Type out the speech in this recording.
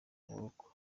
buroko